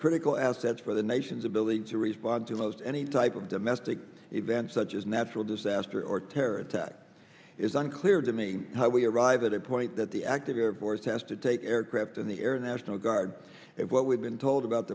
critical assets for the nation's ability to respond to most any type of domestic event such as natural disaster or terror attack is unclear to me how we arrive at a point that the active force has to take aircraft in the air national guard and what we've been told about